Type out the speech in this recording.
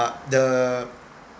uh the